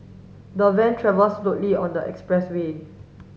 the van travel slowly on the expressway